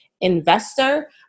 investor